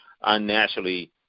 unnaturally